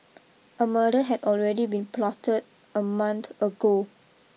a murder had already been plotted a month ago